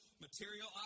material